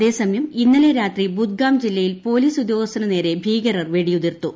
അതേസമയം ഇന്നലെ രാത്രി ബുദ്ഗാം ജില്ലയിൽ പോലീസ് ഉദ്യോഗസ്ഥനു നേരെ ഭീകരർ വെടിയുതിർത്തു